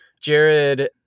Jared